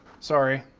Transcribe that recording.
sorry,